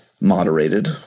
moderated